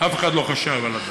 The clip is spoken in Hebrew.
אף אחד לא חשב על הדבר.